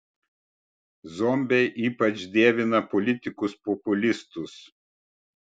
zombiai ypač dievina politikus populistus